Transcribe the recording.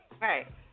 Right